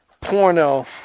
porno